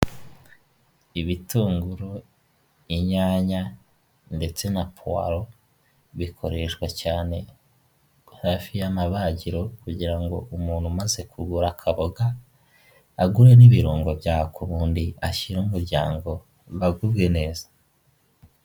Ibitunguru, inyanya ndetse na powaro, bikoreshwa cyane hafi y'amabagiro, kugira ngo umuntu umaze kugura akaboga, agure n'ibirungo byako ubundi ashyirare umuryango, baguge neza.